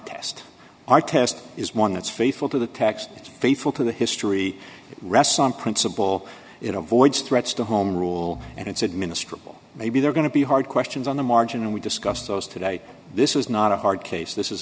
test our test is one that's faithful to the text is faithful to the history rests on principle it avoids threats to home rule and said ministry maybe they're going to be hard questions on the margin and we discussed those today this is not a hard case this